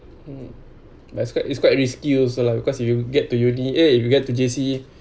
mm but it's quite it's quite risky also lah because you get to uni eh we get to J_C